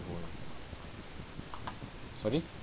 sorry